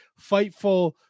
Fightful